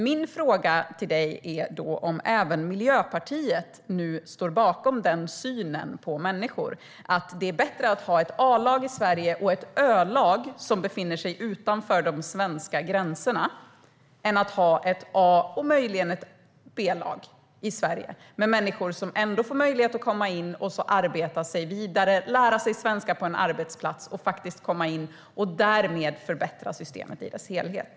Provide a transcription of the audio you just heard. Min fråga till dig är om även Miljöpartiet står bakom den synen på människor nu. Är det bättre att Sverige har ett A-lag och ett Ö-lag, som befinner sig utanför de svenska gränserna, än ett A och möjligen ett B-lag, med människor som ändå får möjlighet att komma in på arbetsmarknaden och kan arbeta sig vidare, lära sig svenska på en arbetsplats, faktiskt komma in? Skulle vi inte därmed förbättra systemet i dess helhet?